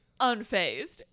unfazed